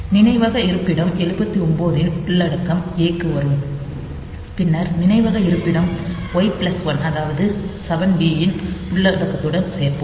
நினைவக இருப்பிடம் 79 இன் உள்ளடக்கம் A க்கு வரும் பின்னர் நினைவக இருப்பிடம் Y1 அதாவது 7 பி ன் உள்ளடக்கத்துடன் சேர்ப்போம்